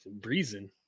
breezing